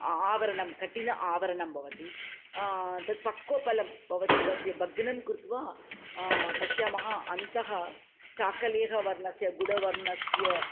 आवरणं कठिनम् आवरणं भवति तत् पक्वफलं भवति तत् भग्नं कृत्वा पश्यामः अन्तः चाकलेहवर्णस्य गुडवर्णस्य